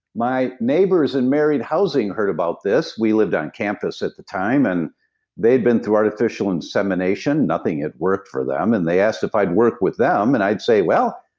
my neighbors in married housing heard about this. we lived on campus at that time, and they've been through artificial insemination, nothing had worked for them. and they asked if i'd work with them, and i'd say, well,